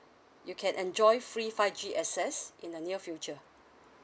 you can enjoy free five G access in the near future